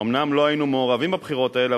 אומנם לא היינו מעורבים בבחירות האלה,